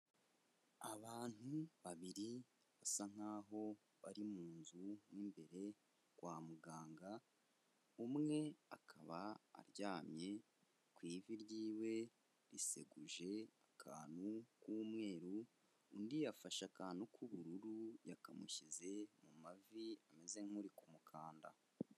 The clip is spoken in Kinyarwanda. Abantu babiri basa nk'aho bari mu nzu mo imbere kwa muganga, umwe akaba aryamye, ku ivi ry'iwe riseguje akantu k'umweru, undi yafashe akantu k'ubururu yakamushyize mu mavi ameze nk'uri ku mukanda.